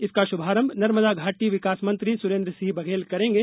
इसका शुभारंभ नर्मदा घाटी विकास मंत्री सुरेन्द्रसिंह बघेल करेंगे